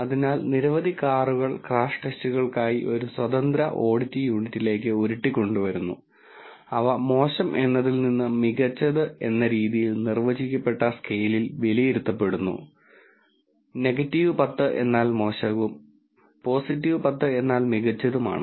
അതിനാൽ നിരവധി കാറുകൾ ക്രാഷ് ടെസ്റ്റുകൾക്കായി ഒരു സ്വതന്ത്ര ഓഡിറ്റ് യൂണിറ്റിലേക്ക് ഉരുട്ടി കൊണ്ടുവരുന്നു അവ മോശം എന്നതിൽ നിന്ന് മികച്ചത് എന്നരീതിയിൽ നിർവചിക്കപ്പെട്ട സ്കെയിലിൽ വിലയിരുത്തപ്പെടുന്നു 10 എന്നാൽ മോശവും 10 എന്നാൽ മികച്ചതുമാണ്